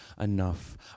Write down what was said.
enough